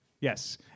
Yes